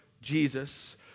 Jesus